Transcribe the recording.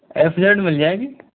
F Z मिल जाएगी